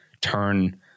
turn